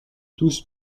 tous